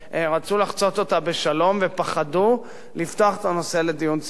הם רצו לחצות אותה בשלום ופחדו לפתוח את הנושא לדיון ציבורי.